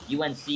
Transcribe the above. UNC